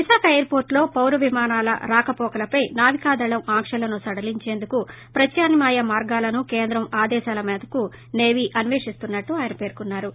విశాఖ ఎయిర్పోర్టులో పౌర విమానాల రాకపోకలపై నావికాదళం ఆంక్షలను సడలించేందుకు ప్రత్యామ్నాయ మార్గాలను కేంద్రం ఆదేశాల పేరకు సేవీ అస్వేషిస్తున్నట్లు ఆయన పేర్కొన్నా రు